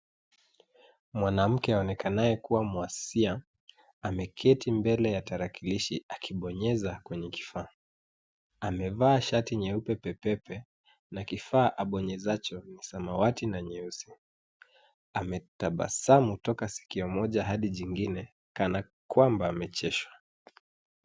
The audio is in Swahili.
Mwanamke aonekanaye kuwa mwasia ameketi mbele ya tarakilishi akibonyeza kwenye kifaa. Amevaa shati nyeupe pe pe pe na kifaa abonyezacho ni samawati na nyeusi. Ametabasamu toka sikio moja hadi jingine kana kwamba amecheshwa.